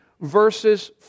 Verses